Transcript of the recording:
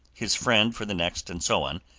his friend for the next, and so on,